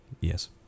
Yes